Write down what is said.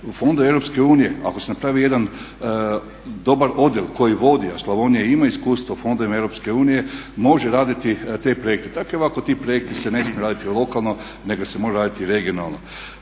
Fondovi EU ako se napravi jedna dobar odjel koji vodi, a Slavonija ima iskustva u fondovima EU može raditi te projekte. Tako i ovako ti projekti se ne smiju raditi lokalno nego se moraju raditi regionalno.